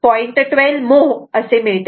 12 मोह असे मिळते